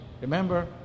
Remember